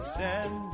send